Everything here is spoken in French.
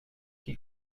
que